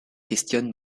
questionne